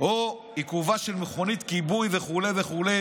או עיכובה של מכונית כיבוי" וכו' וכו'.